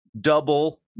double